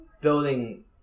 building